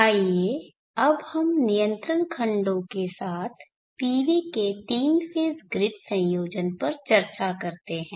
आइए अब हम नियंत्रण खंडों के साथ PV के तीन फेज़ ग्रिड संयोजन पर चर्चा करते हैं